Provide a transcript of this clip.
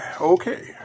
Okay